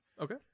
Okay